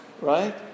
right